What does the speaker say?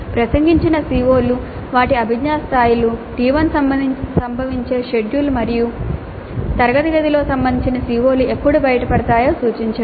ప్రసంగించిన CO లు వాటి అభిజ్ఞా స్థాయిలు T1 సంభవించే షెడ్యూల్ మరియు తరగతి గదిలో సంబంధిత CO లు ఎప్పుడు బయటపడతాయో సూచించండి